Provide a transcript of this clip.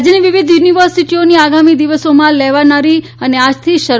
રાજ્યની વિવિધ યુનિવર્સિટીઓની આગામી દિવસોમાં લેવાનારી અને આજથી શરૂ